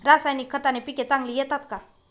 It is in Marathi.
रासायनिक खताने पिके चांगली येतात का?